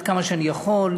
עד כמה שאני יכול.